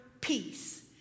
peace